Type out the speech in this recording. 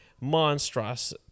monstrous